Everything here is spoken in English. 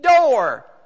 door